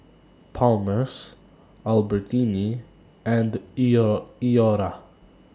Palmer's Albertini and Iora